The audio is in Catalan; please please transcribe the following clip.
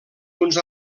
uns